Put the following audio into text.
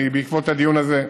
בעקבות הדיון הזה,